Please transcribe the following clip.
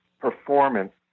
performance